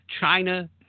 China –